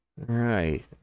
right